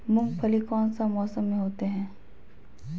मूंगफली कौन सा मौसम में होते हैं?